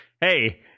Hey